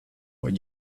what